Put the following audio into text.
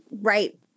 Right